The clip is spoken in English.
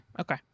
Okay